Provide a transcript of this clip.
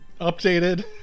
updated